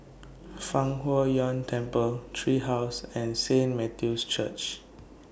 Fang Huo Yuan Temple Tree House and Saint Matthew's Church